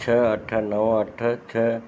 छह अठ नव अठ